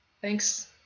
thanks